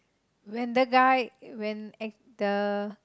when the guy when ac~ the